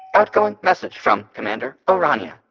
outgoing message from commander o'rania.